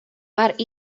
var